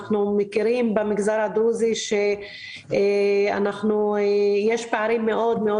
אנחנו מכירים שבמגזר הדרוזי יש פערים מאוד מאוד